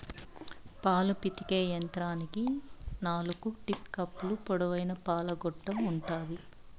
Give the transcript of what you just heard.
పాలు పితికే యంత్రానికి నాలుకు టీట్ కప్పులు, పొడవైన పాల గొట్టం ఉంటాది